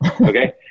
okay